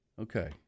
Okay